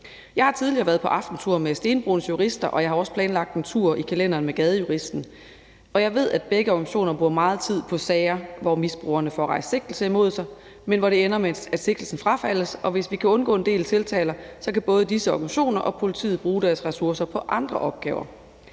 Jeg har tidligere været på aftentur med Stenbroens Jurister, og jeg har også planlagt en tur med Gadejuristen, og jeg ved, at begge organisationer bruger meget tid på sager, hvor misbrugerne får rejst sigtelser imod sig, men hvor det ender med, at sigtelsen frafaldes. Hvis vi kan undgå en del tiltaler, kan både disse organisationer og politiet bruge deres ressourcer på andre opgaver.